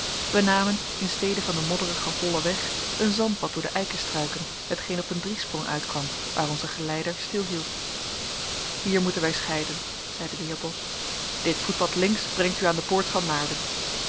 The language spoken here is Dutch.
wij namen in stede van den modderigen hollen weg een zandpad door de eikenstruiken hetgeen op een driesprong uitkwam waar onze geleider stilhield hier moeten wij scheiden zeide de heer bos dit voetpad links brengt u aan de poort van naarden